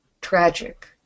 tragic